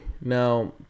Now